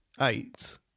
eight